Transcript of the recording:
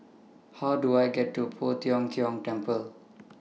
How Do I get to Poh Tiong Kiong Temple